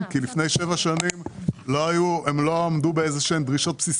כי לפני שבע שנים הם לא עמדו בדרישות בסיסיות.